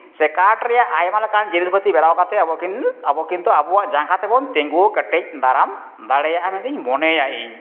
ᱥᱮ ᱠᱟᱴᱷ ᱨᱮᱭᱟᱜ ᱟᱭᱢᱟ ᱞᱮᱠᱟᱱ ᱡᱤᱱᱤᱥᱯᱟᱛᱤ ᱵᱮᱱᱟᱣ ᱠᱟᱛᱮᱫ ᱟᱵᱚ ᱠᱤᱱᱛᱩ ᱟᱵᱚᱣᱟᱜ ᱡᱟᱝᱜᱟ ᱛᱮᱵᱚᱱ ᱛᱤᱸᱜᱩ ᱠᱮᱴᱮᱡ ᱫᱟᱨᱟᱢ ᱫᱲᱮᱭᱟᱜᱼᱟ ᱢᱮᱱᱛᱤᱧ ᱢᱚᱱᱮᱭᱟ ᱤᱧ